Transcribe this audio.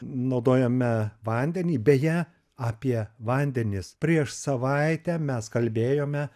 naudojame vandenį beje apie vandenis prieš savaitę mes kalbėjome